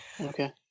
Okay